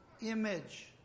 image